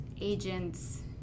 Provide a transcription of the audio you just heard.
agents